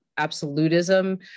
Absolutism